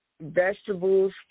vegetables